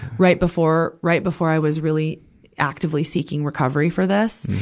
right before, right before i was really actively seeking recovery for this.